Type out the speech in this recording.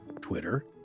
twitter